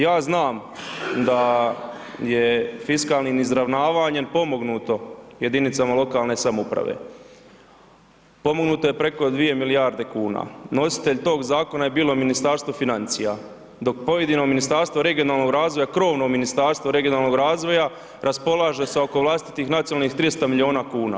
Ja znam da je fiskalnim izravnavanjem pomognuto jedinicama lokalne samouprave, pomognuto je preko 2 milijarde kuna, nositelj tog zakona je bilo Ministarstvo financija dok pojedino Ministarstvo regionalnog razvoja, krovno Ministarstvo regionalnog razvoja raspolaže sa oko vlastitih nacionalnih 300 milijuna kuna.